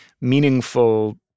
meaningful